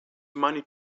money